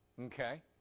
okay